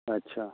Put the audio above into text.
अच्छा